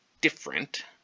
different